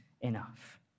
enough